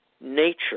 Nature